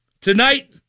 tonight